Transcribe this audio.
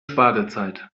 spargelzeit